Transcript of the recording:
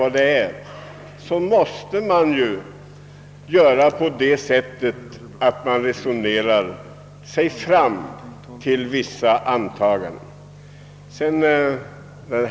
Då måste man ju försöka resonera sig fram till vissa antaganden.